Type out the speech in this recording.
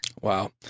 Wow